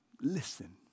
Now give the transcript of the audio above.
Listen